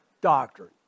Doctrine